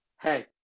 hey